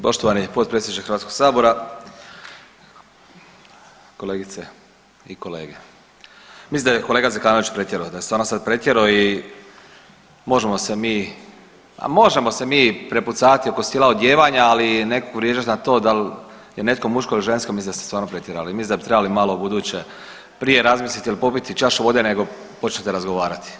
Poštovani potpredsjedniče Hrvatskog sabora, kolegice i kolege, mislim da je kolega Zekanović pretjerao, da je stvarno sad pretjerao i možemo se mi, a mi možemo se mi prepucavati oko stila odijevanja ali nekog vrijeđat na to da li je netko muško ili žensko, mislim da ste stvarno pretjerali i mislim da mi trebali malo u buduće prije razmisliti il popiti čašu vode nego počnete razgovarat.